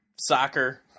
soccer